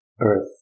earth